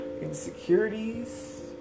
insecurities